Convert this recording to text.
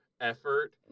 effort